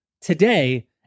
Today